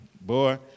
Boy